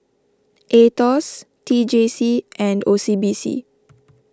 Aetos T J C and O C B C